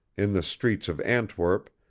in the streets of antwerp,